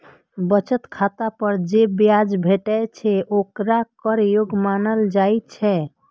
बचत खाता पर जे ब्याज भेटै छै, ओकरा कर योग्य मानल जाइ छै